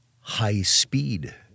high-speed